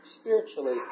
spiritually